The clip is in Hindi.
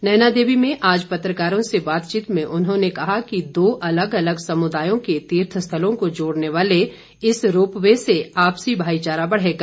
नैना देवी में आज पत्रकारों से बातचीत के दौरान उन्होंने कहा कि दो अलग अलग समुदायों के तीर्थ स्थलों को जोड़ने वाले इस रोपवे से आपसी भाईचारा बढ़ेगा